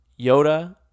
Yoda